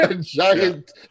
giant